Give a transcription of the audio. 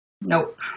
Nope